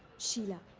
sheila.